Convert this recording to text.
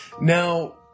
Now